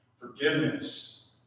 Forgiveness